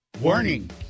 Warning